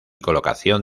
colocación